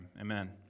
Amen